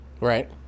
Right